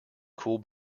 cool